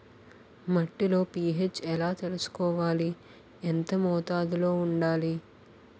మట్టిలో పీ.హెచ్ ఎలా తెలుసుకోవాలి? ఎంత మోతాదులో వుండాలి?